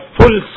full